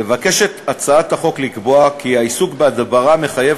מבקשת הצעת החוק לקבוע כי העיסוק בהדברה מחייב